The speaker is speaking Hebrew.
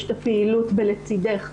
יש את הפעילות ב"לצידך",